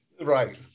Right